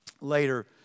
later